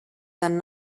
than